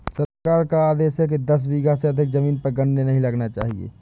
सरकार का आदेश है कि दस बीघा से अधिक जमीन पर गन्ने नही लगाने हैं